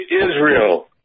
Israel